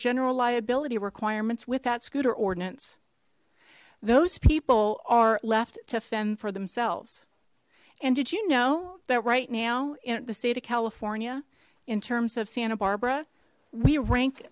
general liability requirements with that scooter ordinance those people are left to fend for themselves and did you know that right now in the state of california in terms of santa barbara we rank